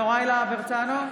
יוראי להב הרצנו,